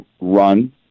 run